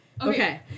Okay